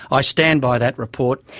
i stand by that report.